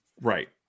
Right